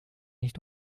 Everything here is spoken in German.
nicht